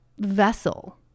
vessel